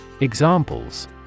Examples